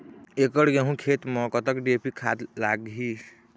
एकड़ गेहूं खेत म कतक डी.ए.पी खाद लाग ही?